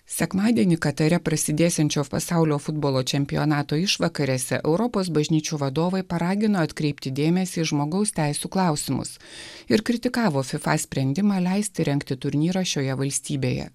sekmadienį katare prasidėsiančio pasaulio futbolo čempionato išvakarėse europos bažnyčių vadovai paragino atkreipti dėmesį į žmogaus teisių klausimus ir kritikavo fifa sprendimą leisti rengti turnyrą šioje valstybėje